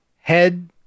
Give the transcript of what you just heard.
head